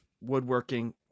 woodworking